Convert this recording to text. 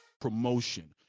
Promotion